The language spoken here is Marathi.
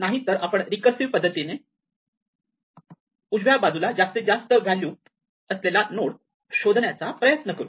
नाहीतर आपण रीकर्सिव्ह पद्धतीने उजव्या बाजूला जास्तीत जास्त व्हॅल्यू असलेला नोड शोधण्याचा प्रयत्न करू